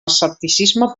escepticisme